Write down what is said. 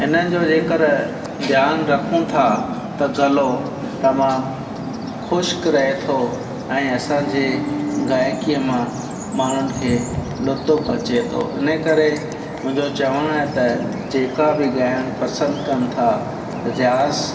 इन्हनि जो जेकर ध्यानु रखूं था त गलो तमामु ख़ुश्क रहे थो ऐं असां जे गायकीअ मां माण्हुनि खे लुतुफ़ अचे थो इने करे मुंहिंजो चवणु आहे त जेका बि ॻाइणु पसंदि कनि था रियाज़ु